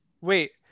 Wait